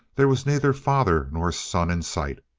there was neither father nor son in sight.